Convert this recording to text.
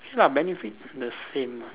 K lah benefit the same lah